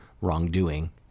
wrongdoing